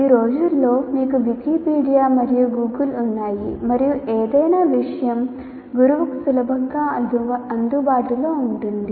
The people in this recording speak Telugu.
ఈ రోజుల్లో మీకు వికీపీడియా ఉన్నాయి మరియు ఏదైనా విషయం గురువుకు సులభంగా అందుబాటులో ఉంటుంది